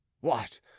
What